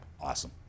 Awesome